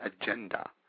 agenda